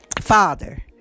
Father